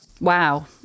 Wow